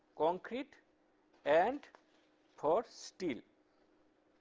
concrete and for steel.